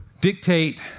dictate